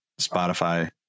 Spotify